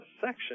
section